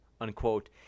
unquote